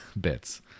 bits